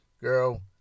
girl